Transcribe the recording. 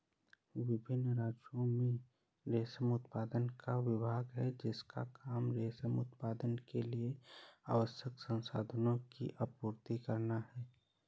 विभिन्न राज्यों में रेशम उत्पादन का विभाग है जिसका काम रेशम उत्पादन के लिए आवश्यक संसाधनों की आपूर्ति करना है